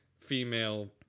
female